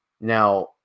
Now